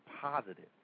positive